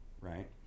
right